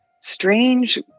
strange